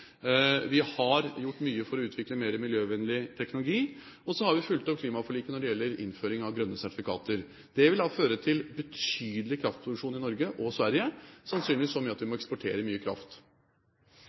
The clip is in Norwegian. Vi har gjort mye for å utvikle mer miljøvennlig teknologi. Så har vi fulgt opp klimaforliket når det gjelder innføring av grønne sertifikater. Det vil føre til betydelig kraftproduksjon i Norge og Sverige, sannsynligvis så mye at vi må